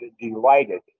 delighted